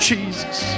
Jesus